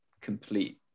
complete